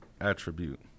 attribute